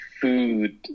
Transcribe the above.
food